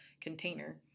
container